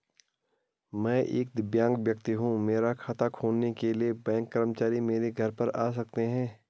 मैं एक दिव्यांग व्यक्ति हूँ मेरा खाता खोलने के लिए बैंक कर्मचारी मेरे घर पर आ सकते हैं?